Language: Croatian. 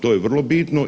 To je vrlo bitno.